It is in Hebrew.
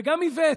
וגם איווט,